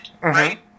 right